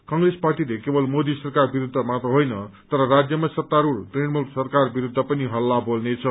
कंग्रेस पार्टीले केवल मोदी सरकार विरूद्ध मात्र होइन तर राज्यमा सत्तास्रूढ़ तृणमूल सरकार विरूद्ध पनि हल्ला बोल्नेछ